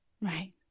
right